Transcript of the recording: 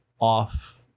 off